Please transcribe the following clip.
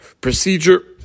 procedure